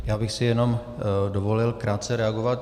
Já bych si jenom dovolil krátce reagovat.